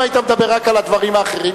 אם היית מדבר רק על הדברים האחרים,